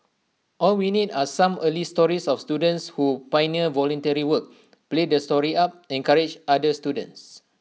all we need are some early stories of students who pioneer voluntary work play the story up encourage other students